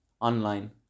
online